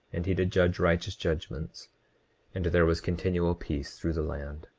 and he did judge righteous judgments and there was continual peace through the land.